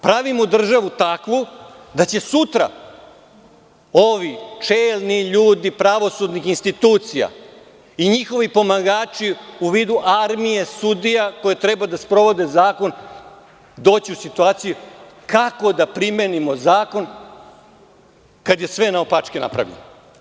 Pravimo državu takvu da će sutra ovi čelni ljudi pravosudnih institucija i njihovi pomagači u vidu armije sudija koji treba da sprovode zakon doći u situaciju kako da primenimo zakon kad je sve naopačke napravljeno.